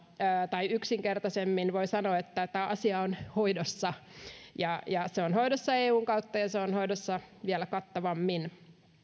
tai yksinkertaisemmin voi sanoa että tämä asia on hoidossa se on hoidossa eun kautta ja se on hoidossa vielä kattavammin